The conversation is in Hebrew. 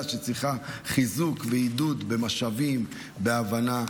שצריכה חיזוק ועידוד במשאבים ובהבנה.